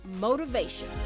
motivation